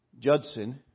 Judson